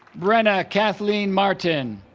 brenna kathleen martin